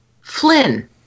Flynn